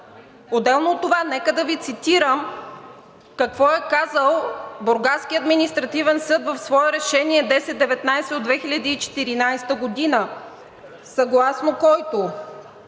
Отделно от това, нека да Ви цитирам какво е казал Бургаският административен съд в свое Решение 1019 от 2014 г., съгласно който: